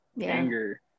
Anger